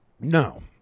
No